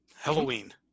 Halloween